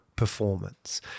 performance